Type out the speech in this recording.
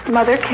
Mother